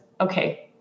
okay